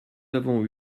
avons